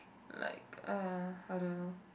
like uh I don't know